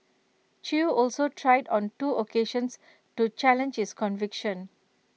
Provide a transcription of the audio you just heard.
chew also tried on two occasions to challenge his conviction